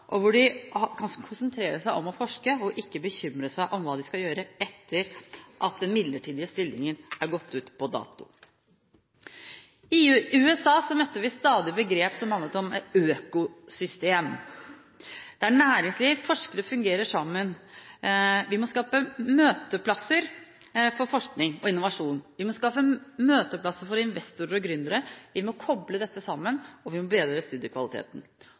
og hvor de kan konsentrere seg om å forske og ikke bekymre seg for hva de skal gjøre etter at den midlertidige stillingen har gått ut på dato. I USA møtte vi stadig et begrep som handlet om et økosystem, der næringsliv og forskere fungerer sammen. Vi må skape møteplasser for forskning og innovasjon, vi må skape møteplasser for investorer og gründere. Vi må koble dette sammen, og vi må bedre studiekvaliteten.